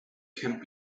can